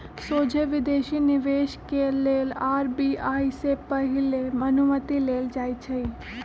सोझे विदेशी निवेश के लेल आर.बी.आई से पहिले अनुमति लेल जाइ छइ